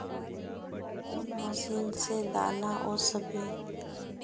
कौन मशीन से दाना ओसबे?